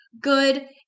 good